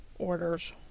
orders